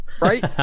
right